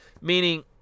meaning